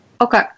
Okay